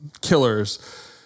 Killers